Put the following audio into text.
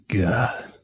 God